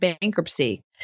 bankruptcy